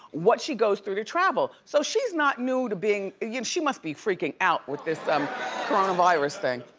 what she goes through to travel. so she's not new to being, you know she must be freaking out with this um coronavirus thing.